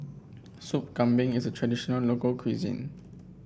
Sop Kambing is a traditional local cuisine